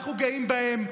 אנחנו גאים בהם.